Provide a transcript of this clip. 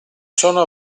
sono